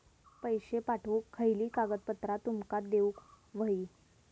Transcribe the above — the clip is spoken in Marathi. पैशे पाठवुक खयली कागदपत्रा तुमका देऊक व्हयी?